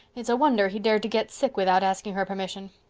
it's a wonder he dared to get sick without asking her permission.